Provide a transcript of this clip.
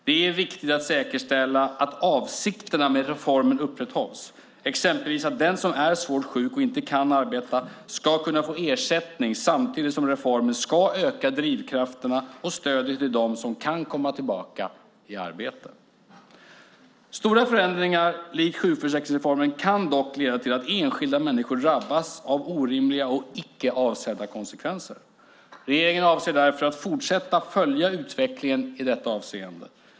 Det är viktigt att säkerställa att avsikterna med reformen upprätthålls, exempelvis att den som är svårt sjuk och inte kan arbeta ska kunna få ersättning, samtidigt som reformen ska öka drivkrafterna och stödet till dem som kan komma tillbaka i arbete. Stora förändringar likt sjukförsäkringsreformen kan dock leda till att enskilda människor drabbas av orimliga och icke avsedda konsekvenser. Regeringen avser därför att fortsätta följa utvecklingen i detta avseende.